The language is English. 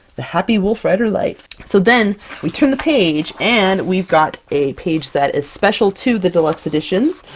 the happy wolfrider life! so then we turn the page, and we've got a page that is special to the deluxe editions,